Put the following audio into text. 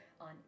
on